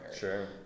sure